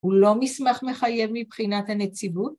‫הוא לא מסמך מחייב מבחינת הנציבות?